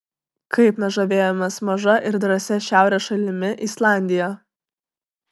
kaip mes žavėjomės maža ir drąsia šiaurės šalimi islandija